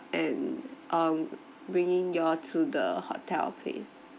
and um bringing you all to the hotel place